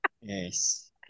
Yes